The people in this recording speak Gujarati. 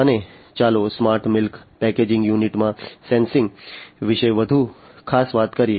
અને ચાલો સ્માર્ટ મિલ્ક પેકેજિંગ યુનિટમાં સેન્સિંગ વિશે વધુ ખાસ વાત કરીએ